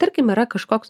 tarkim yra kažkoks